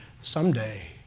Someday